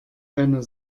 deiner